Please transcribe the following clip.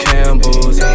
Campbells